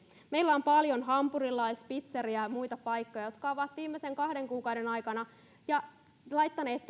meillä on paljon hampurilais pitseria ja ja muita paikkoja jotka ovat viimeisen kahden kuukauden aikana laittaneet